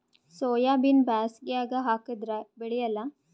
ಸೋಯಾಬಿನ ಬ್ಯಾಸಗ್ಯಾಗ ಹಾಕದರ ಬೆಳಿಯಲ್ಲಾ?